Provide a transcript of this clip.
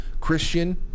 Christian